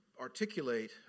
articulate